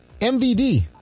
MVD